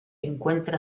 encuentra